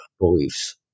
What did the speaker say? beliefs